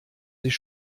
sich